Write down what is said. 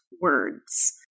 words